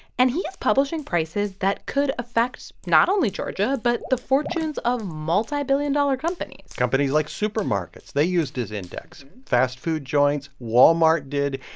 and he's publishing prices that could affect not only georgia but the fortunes of multibillion-dollar companies companies like supermarkets, they used his index, fast food joints, walmart did.